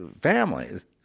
families